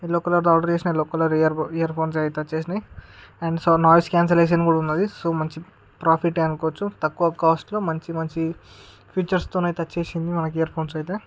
yellow colour combination yellow colour earphones earphones వచ్చేస్నాయ్ and so noise cancellation కూడా ఉన్నది so much profit ఏ అనుకోవచ్చు తక్కువ కాస్ట్ లో మంచి మంచి ఫీచర్స్ తోనైతే వచ్చేసింది ఇయర్ ఫోన్స్ అయితే